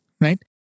right